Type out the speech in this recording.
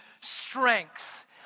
strength